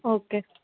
okay